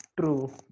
True